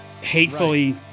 hatefully